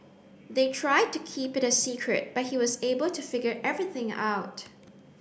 they tried to keep it a secret but he was able to figure everything out